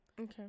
Okay